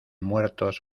muertos